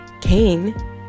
Cain